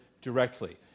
directly